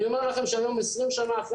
אני אומר לכם שהיום 20 שנה אחרי,